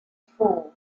before